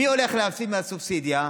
מי הולך להפסיד מהסובסידיה?